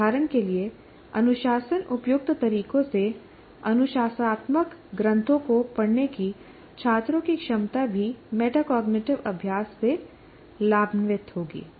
उदाहरण के लिए अनुशासन उपयुक्त तरीकों से अनुशासनात्मक ग्रंथों को पढ़ने की छात्रों की क्षमता भी मेटाकोग्निटिव अभ्यास से लाभान्वित होगी